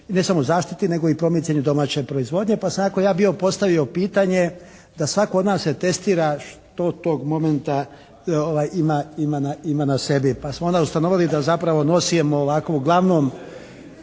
ne samo zaštiti nego i promicanju domaće proizvodnje, pa sam ja onako bio postavio pitanje da svatko od nas se testira što tog momenta ima na sebi? Pa smo onda ustanovili da zapravo nosimo ovako uglavnom…